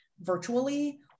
virtually